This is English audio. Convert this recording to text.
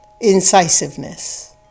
incisiveness